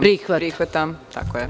Prihvatam.